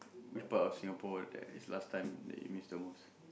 which part of Singapore that is last time that you miss the most